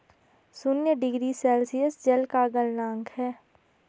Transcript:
शून्य degree Celsius जल का गलनांक है